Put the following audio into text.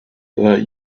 that